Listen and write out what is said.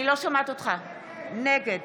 נגד